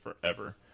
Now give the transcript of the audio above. forever